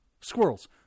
squirrels